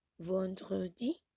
vendredi